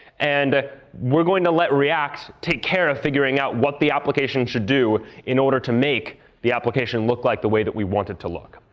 and we're going to let react take care of figuring out what the application should do in order to make the application look like the way that we want to look.